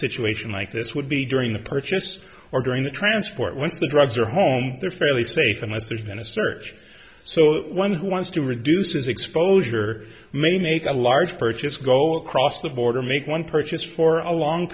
situation like this would be during the purchase or during the transport when the drugs are home they're fairly safe unless there's been a search so one who wants to reduce his exposure may make a large purchase go across the border make one purchase for a long